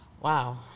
Wow